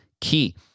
key